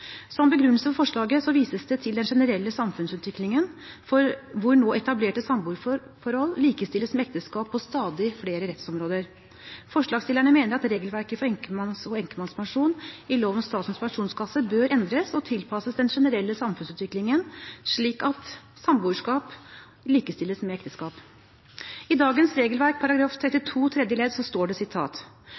Som begrunnelse for forslaget vises det til den generelle samfunnsutviklingen hvor nå etablerte samboerforhold likestilles med ekteskap på stadig flere rettsområder. Forslagsstillerne mener at regelverket for enke-/enkemannspensjon i lov om Statens pensjonskasse bør endres og tilpasses den generelle samfunnsutviklingen, slik at samboerskap likestilles med ekteskap. I dagens regelverk § 32 tredje ledd står det: